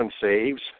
saves